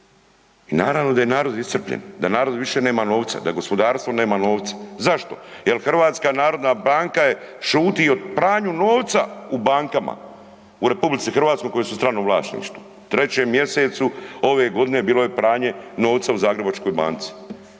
I naravno da je narod iscrpljen, da narod više nema novca, da gospodarstvo nema novca. Zašto? Jer HNB je šuti o pranju novca u bankama u RH koje su u stranom vlasništvu. U 3. mjesecu ove godine bilo je pranje novca u Zagrebačkoj banci,